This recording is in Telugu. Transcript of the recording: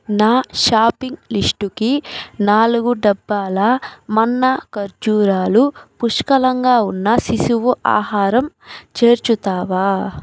నా షాపింగ్ లిస్టుకి నాలుగు డబ్బాల మన్నా ఖర్జూరాలు పుష్కలంగా ఉన్న శిశువు ఆహారం చేర్చుతావా